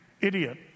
Idiot